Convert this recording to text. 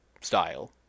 style